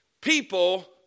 people